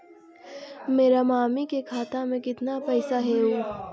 मेरा मामी के खाता में कितना पैसा हेउ?